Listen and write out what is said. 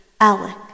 alec